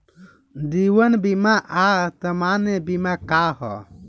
जीवन बीमा आ सामान्य बीमा का ह?